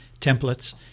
templates